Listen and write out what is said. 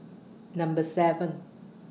Number seven